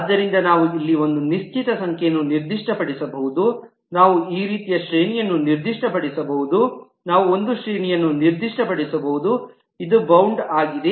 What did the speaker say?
ಆದ್ದರಿಂದ ನಾವು ಇಲ್ಲಿ ಒಂದು ನಿಶ್ಚಿತ ಸಂಖ್ಯೆಯನ್ನು ನಿರ್ದಿಷ್ಟಪಡಿಸಬಹುದು ನಾವು ಈ ರೀತಿಯ ಶ್ರೇಣಿಯನ್ನು ನಿರ್ದಿಷ್ಟಪಡಿಸಬಹುದು ನಾವು ಒಂದು ಶ್ರೇಣಿಯನ್ನು ನಿರ್ದಿಷ್ಟಪಡಿಸಬಹುದು ಇದು ಬೌಂಡ್ ಆಗಿದೆ